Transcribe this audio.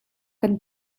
kan